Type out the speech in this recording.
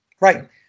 Right